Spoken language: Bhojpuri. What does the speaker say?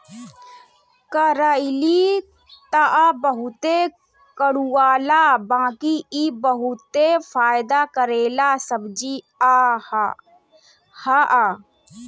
करइली तअ बहुते कड़ूआला बाकि इ बहुते फायदा करेवाला सब्जी हअ